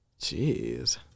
Jeez